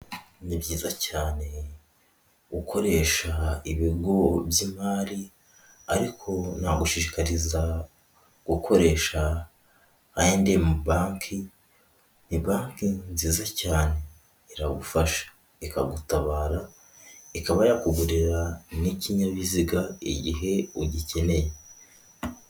Ni byizayiza cyane gukoresha ibigo by'imari, ariko nagushishikariza gukoresha I and M banki, ni banki nziza cyane, iragufasha ikagutabara, ikaba yakugurira n'ikinyabiziga igihe ugikeneye.